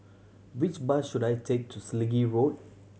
which bus should I take to Selegie Road